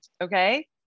Okay